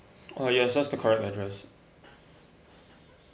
uh yes that's the correct address